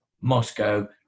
Moscow